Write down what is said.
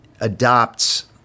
adopts